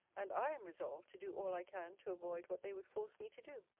and i am resolved to do all i can to avoid what they would force me to do.